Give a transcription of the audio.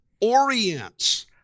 orients